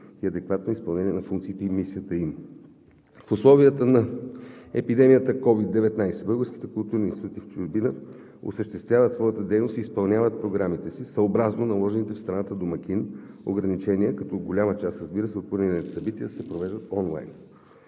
и адекватно изпълнение на функциите и мисията им. В условията на епидемията COVID-19 българските културни институти в чужбина осъществяват своята дейност и изпълняват програмите си съобразно наложените в страната домакин ограничения, като голяма част, разбира се, от планираните събития се провеждат онлайн.